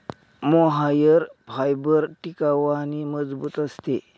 mohair fibre टिकाऊ आणि मजबूत असते